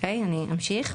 אוקיי, אני אמשיך.